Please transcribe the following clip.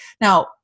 Now